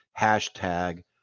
hashtag